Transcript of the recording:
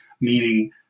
meaning